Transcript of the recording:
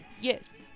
Yes